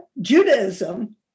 Judaism